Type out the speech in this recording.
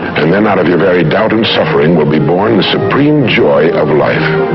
and then out of your very doubt and suffering will be born the supreme joy of life.